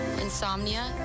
Insomnia